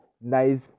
nice